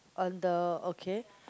and the okay